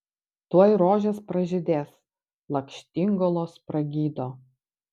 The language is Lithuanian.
tuoj rožės pražydės lakštingalos pragydo